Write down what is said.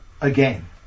again